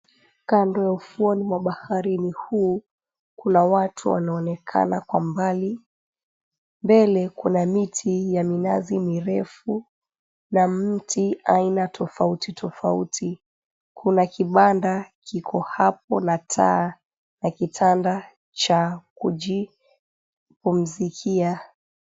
Kando ya ufuoni wa bahari huu kuna watu wanaonekana kwa mbali mbele kuna miti ya minazi mirefu na mti aina tofauti tofauti kuna kibanda kiko hapo na kina taa na kitanda cha kijipumzikia.